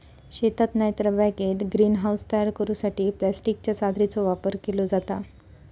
शेतात नायतर बागेत ग्रीन हाऊस तयार करूसाठी प्लास्टिकच्या चादरीचो वापर केलो जाता